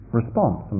response